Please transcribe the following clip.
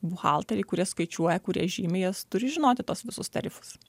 buhalteriai kurie skaičiuoja kurie žymi jas turi žinoti tuos visus tarifus